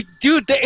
Dude